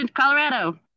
Colorado